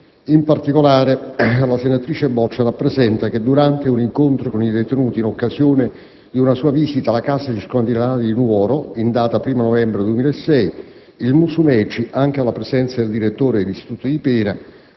In particolare la senatrice Boccia rappresenta che, durante un incontro con i detenuti in occasione di una sua visita alla casa circondariale di Nuoro in data 1 novembre 2006, il Musumeci, anche alla presenza del direttore dell'istituto di pena,